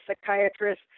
psychiatrist